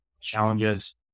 challenges